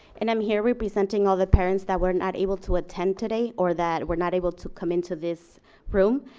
and i'm here representing all the parents that were not able to attend today or that were not able to come into this room.